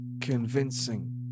convincing